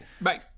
Bye